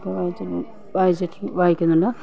ഇപ്പോൾ വായിച്ചിട്ട് വായിച്ചിട്ട് വായിക്കുന്നുണ്ട്